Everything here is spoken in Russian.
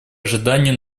ожиданий